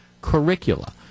curricula